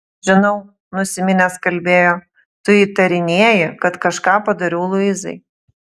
žinau nusiminęs kalbėjo tu įtarinėji kad kažką padariau luizai